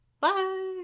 Bye